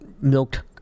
milked